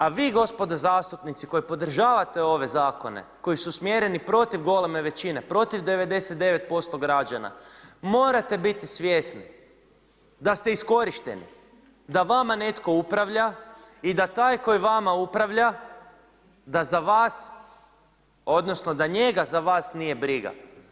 A vi gospodo zastupnici koji podržavate ove zakone koji su usmjereni protiv goleme većine, protiv 99% građana morate biti svjesni da ste iskorišteni, da vama netko upravlja i da taj koji vama upravlja da za vas odnosno da njega za vas nije briga.